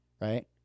Right